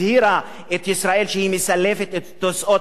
הזהירה את ישראל שהיא מסלפת את תוצאות